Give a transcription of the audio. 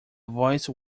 voice